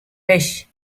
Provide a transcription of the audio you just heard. beş